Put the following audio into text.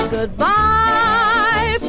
Goodbye